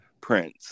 Prince